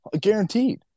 guaranteed